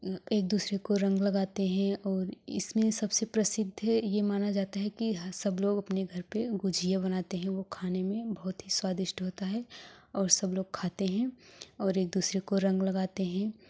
एक दूसरे को रंग लगाते हें और इसमें सबसे प्रसिद्ध ये माना जाता है कि ह सब लोग अपने घर पर गुजिया बनाते हैं वो खाने में बहुत ही स्वादिष्ट होता है और सब लोग खाते हैं और एक दूसरे को रंग लगाते हें